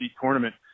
tournament